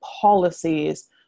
policies